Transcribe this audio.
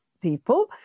people